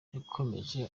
yakomeje